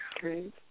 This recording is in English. Great